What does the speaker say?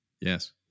Yes